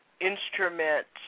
Instruments